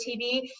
tv